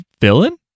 villain